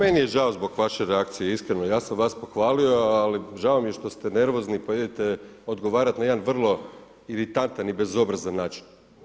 Meni je žao zbog vaše reakcije, iskreno, ja sam vas pohvalio, ali žao mi je što ste nervozni, pa idete odgovarati na jedan vrlo iritantan i vrlo bezobrazan način.